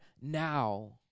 now